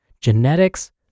genetics